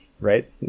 right